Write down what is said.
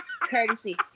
courtesy